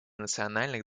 национальных